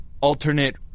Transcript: alternate